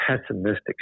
pessimistic